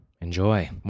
Enjoy